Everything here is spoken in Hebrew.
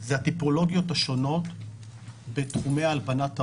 הטיפולוגיות השונות בתחומים הלבנת ההון.